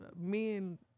men